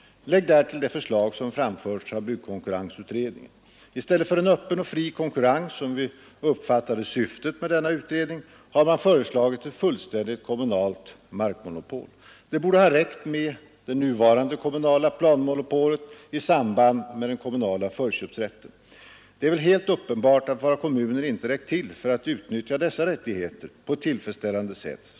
Lägg därtill det förslag som framförts av byggkonkurrensutredningen. I stället för en öppen och fri konkurrens — som vi uppfattade syftet med denna utredning — har man föreslagit ett fullständigt kommunalt markmonopol. Det borde ha räckt med det nuvarande kommunala planmonopolet i samband med den kommunala förköpsrätten. Det är väl helt uppenbart att våra kommuner inte räckt till för att utnyttja dessa rättigheter på ett tillfredsställande sätt.